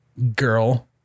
girl